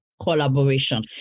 collaboration